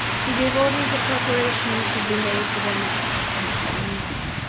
she gave orders that preparations should be made for their marriage on the following day.